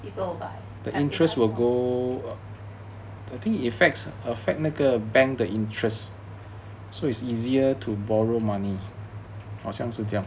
people will buy